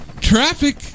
traffic